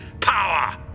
power